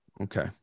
Okay